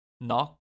Knock